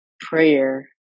prayer